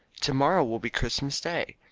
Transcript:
to-morrow will be christmas day.